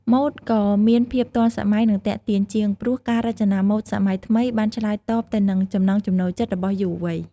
ម៉ូដក៏មានភាពទាន់សម័យ និងទាក់ទាញជាង ព្រោះការរចនាម៉ូដសម័យថ្មីបានឆ្លើយតបទៅនឹងចំណង់ចំណូលចិត្តរបស់យុវវ័យ។